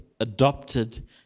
Adopted